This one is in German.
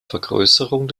vergrößerung